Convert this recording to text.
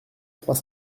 trois